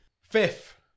Fifth